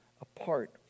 apart